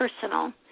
personal